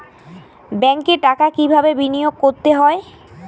ব্যাংকে টাকা কিভাবে বিনোয়োগ করতে হয়?